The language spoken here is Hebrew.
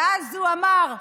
ואז הוא אמר: